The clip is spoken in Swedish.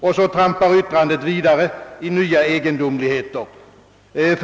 Sedan trampar yttrandet vidare i nya egendomligheter.